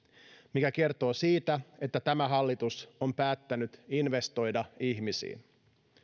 mikä kertoo siitä että tämä hallitus on päättänyt investoida ihmisiin